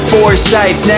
Foresight